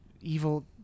evil